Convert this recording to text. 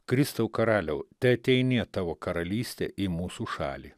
kristau karaliau teateinie tavo karalystė į mūsų šalį